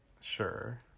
Sure